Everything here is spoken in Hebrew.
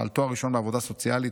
בעל תואר ראשון בעבודה סוציאלית,